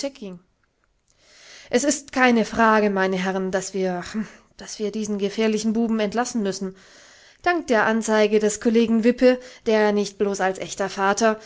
es ist keine frage meine herren daß wir rhm daß wir diesen gefährlichen buben entlassen müssen dank der anzeige des kollegen wippe der nicht blos als echter vater